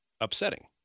upsetting